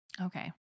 Okay